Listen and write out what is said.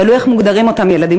תלוי איך אותם ילדים מוגדרים.